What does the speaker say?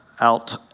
out